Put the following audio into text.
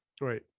right